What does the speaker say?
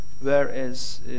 whereas